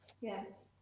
Yes